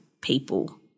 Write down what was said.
people